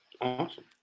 Awesome